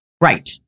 right